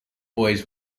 boys